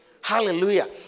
Hallelujah